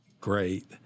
Great